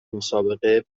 مسابقه